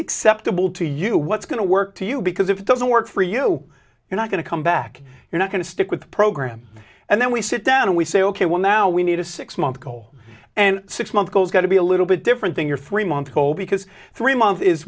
acceptable to you what's going to work to you because if it doesn't work for you you're not going to come back you're not going to stick with the program and then we sit down and we say ok well now we need a six month goal and six month goals got to be a little bit different than your three month goal because three month is